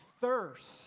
thirst